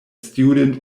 student